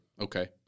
Okay